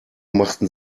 machten